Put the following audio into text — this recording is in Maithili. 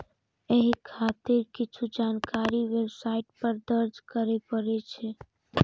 एहि खातिर किछु जानकारी वेबसाइट पर दर्ज करय पड़ै छै